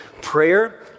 prayer